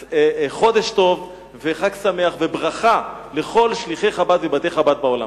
אז חודש טוב וחג שמח וברכה לכל שליחי חב"ד ובתי-חב"ד בעולם.